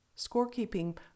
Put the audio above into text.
Scorekeeping